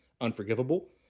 unforgivable